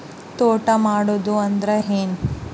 ತೋಟ ಮಾಡುದು ಅಂದ್ರ ಏನ್?